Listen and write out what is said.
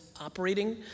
operating